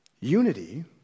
Unity